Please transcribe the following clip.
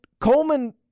Coleman